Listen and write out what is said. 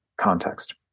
context